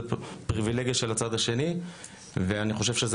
זה פריבילגיה של הצד השני ואני חושב שזה